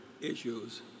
issues